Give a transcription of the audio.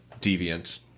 deviant